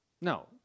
No